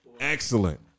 Excellent